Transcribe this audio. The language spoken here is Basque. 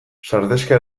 sardexka